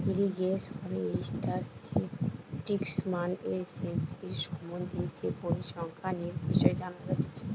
irrigation statistics মানে সেচের সম্বন্ধে যে পরিসংখ্যানের বিষয় জানা যাতিছে